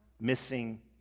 missing